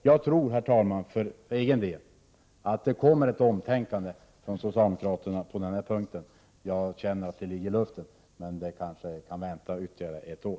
Och för egen del tror jag, herr talman, att det kommer ett omtänkande på den punkten från socialdemokraterna. Jag känner att det ligger i luften, men vi kanske får vänta ytterligare ett år.